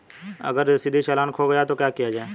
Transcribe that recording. अगर रसीदी चालान खो गया तो क्या किया जाए?